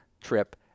trip